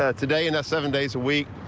ah today in the seven days a week.